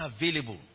available